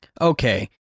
Okay